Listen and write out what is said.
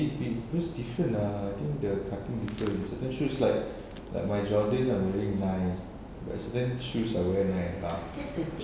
big big because different ah I think the cutting different certain shoes like like my Jordan I'm wearing nine but certain shoes I wear nine and a half